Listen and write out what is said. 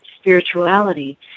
spirituality